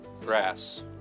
grass